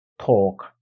talk